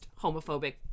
homophobic